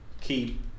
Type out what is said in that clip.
Keep